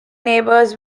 neighbours